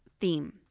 theme